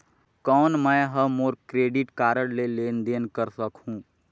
कौन मैं ह मोर क्रेडिट कारड ले लेनदेन कर सकहुं?